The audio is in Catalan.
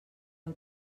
del